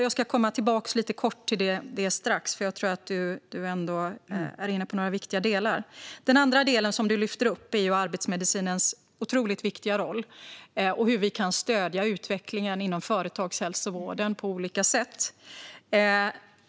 Jag ska komma tillbaka till det lite kort strax. Jag tror att du ändå är inne på några viktiga delar. Den andra delen som du lyfter upp är arbetsmedicinens otroligt viktiga roll och hur vi kan stödja utvecklingen inom företagshälsovården på olika sätt.